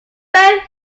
very